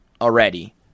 already